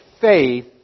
faith